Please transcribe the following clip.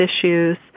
issues